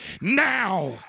now